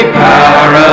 power